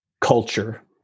culture